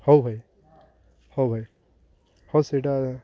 ହଉ ଭାଇ ହଉ ଭାଇ ହଁ ସେଇଟା